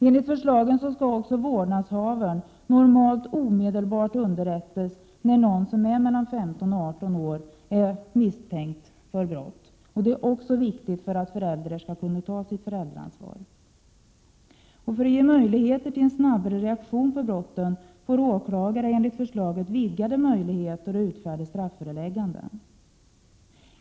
Enligt förslaget skall vårdnadshavare normalt omedelbart underrättas när ungdomar mellan 15 och 18 år skäligen är misstänkta för brott. Detta är viktigt, också med tanke på föräldrarnas ansvar. För att möjliggöra en snabbare reaktion på brott .år åklagaren enligt förslaget vidgade möjligheter att utfärda strafföreläggande.